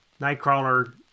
Nightcrawler